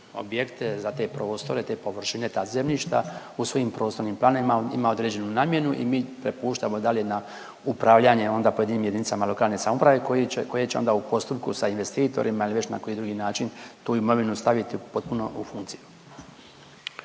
objekte, za te prostore, te površine, ta zemljišta u svojim prostornim planovima ima određenu namjenu i mi prepuštamo dalje na upravljanje onda pojedinim jedinicama lokalne samouprave koji će, koje će onda u postupku sa investitorima ili već na koji drugi način tu imovinu staviti potpuno u funkciju.